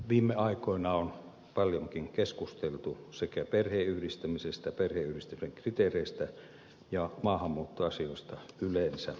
viime aikoina on paljonkin keskusteltu sekä perheenyhdistämisestä perheenyhdistämisen kriteereistä että maahanmuuttoasioista yleensä